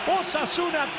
Osasuna